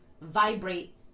vibrate